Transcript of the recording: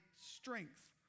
strength